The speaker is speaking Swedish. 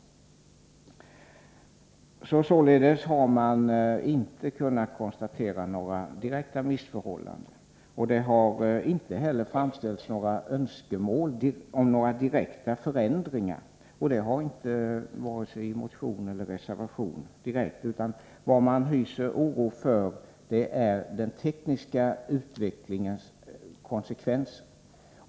Man har således inte kunnat konstatera några direkta missförhållanden. Det har inte heller framställts några önskemål om direkta förändringar, vare sig i motioner eller i reservationer. Vad man hyser oro för är den tekniska utvecklingens konsekvenser.